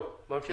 טוב, ממשיכים.